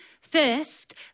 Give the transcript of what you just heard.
First